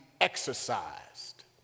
exercised